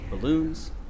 balloons